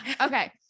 okay